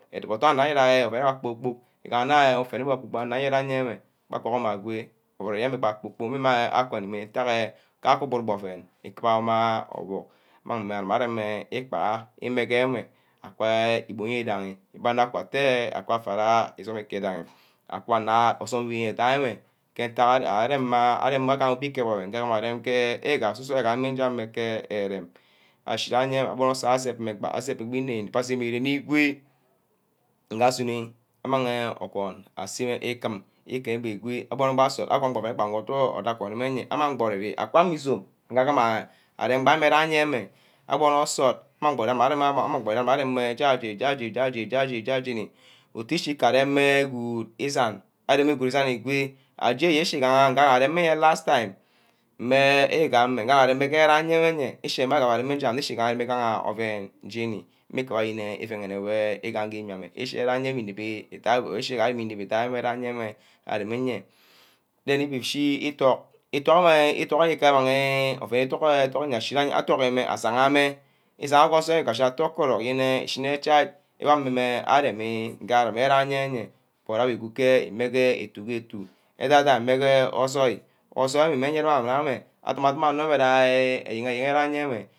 adumo ordum irîa nna kpor-kpork îgana ufen owo anarí kpor-kpork ewe aguworˈma ago oven îrem inna akuanímí mme ntack en kake uburubu oven ikubuma orbuck amang mme arem îkpaha ke enwe mme îbon idanhe mbe amor akak atte akak vera îsume îwudanghi akwa anad isume we idaí ewe ken íntack enh arema obîaha îkep oven arem ke orsuso wer ke ere-rem ashi nawe abono însort asep mme egbaî asep mme îngí nep-nep asep mme nguni igwe nga asuni amang ogun ase íkím. íkím ígwe aborn ba asort agwon ba oven gbang ingwe agon orsusor en amang ba ori oka amme izome agiba arem bayewe agbono însort ambor aremme j́ajeni j́aj́eni jajenì j́aj́ení jâj́ení jâyenî utíshi keˈrem mme good ìsen aremme good îsen igwe aje nigaha abbe areme enhe last tîme mme garem mme he ishi nga abe arem mme achí garem oven ýení mme kube ayen ifeneme igam ke ímime îshi kewe înep îdai îshi îdack îduck wer oven iduck meh ashi aduck mme aduck ke kokoro ìshǹì chai gonni mme areme nga aremi yeye but emege etu meh etu îbabai mege osoi. osoîl íme ke ayewo meh aduduma ame rîa ayen ayen yeweh